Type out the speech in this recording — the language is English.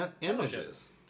images